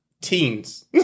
teens